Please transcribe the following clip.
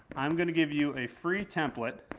i'm going to give you a free template